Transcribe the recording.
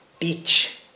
teach